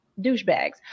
douchebags